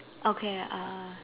okay err